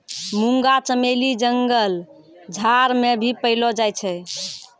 मुंगा चमेली जंगल झाड़ मे भी पैलो जाय छै